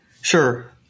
Sure